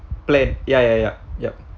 plan ya ya ya yup